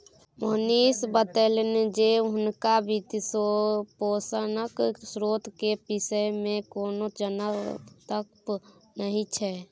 मोहनीश बतेलनि जे हुनका वित्तपोषणक स्रोत केर विषयमे कोनो जनतब नहि छै